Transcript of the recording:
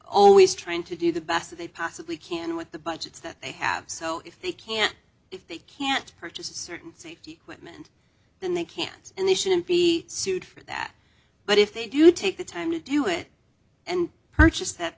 always trying to do the best they possibly can with the budgets that they have so if they can't if they can't purchase a certain safety equipment then they can't and they shouldn't be sued for that but if they do take the time to do it and purchase that